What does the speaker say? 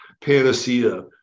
panacea